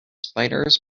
spiders